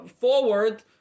forward